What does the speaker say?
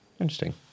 Interesting